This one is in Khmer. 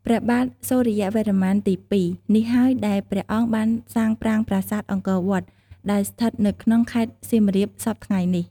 ព្រះបាទសូរ្យវរ្ម័នទី២ នេះហើយ ដែលព្រះអង្គបានសាងប្រាង្គប្រាសាទអង្គរវត្ត ដែលស្ថិតនៅក្នុងខេត្តសៀមរាប សព្វថ្ងៃនេះ។